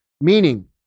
Meaning